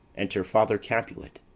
enter father capulet,